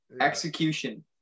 Execution